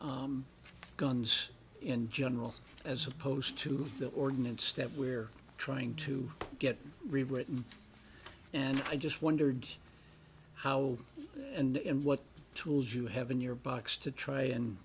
guns in general as opposed to the ordinance that we're trying to get rid of it and i just wondered how and what tools you have in your box to try and